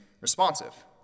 responsive